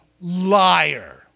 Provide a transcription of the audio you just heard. liar